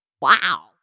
Wow